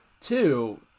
Two